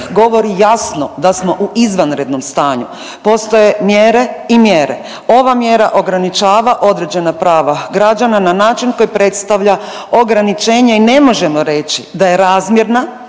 govori jasno da smo u izvanrednom stanju. Postoje mjere i mjere. Ova mjera ograničava određena prava građana na način koji predstavlja ograničenje i ne možemo reći da je razmjerna